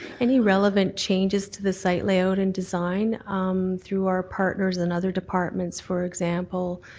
any relevant changes to the site lay-out and design um through our partners and other departments, for example,